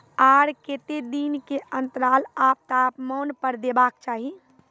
आर केते दिन के अन्तराल आर तापमान पर देबाक चाही?